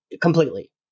completely